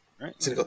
right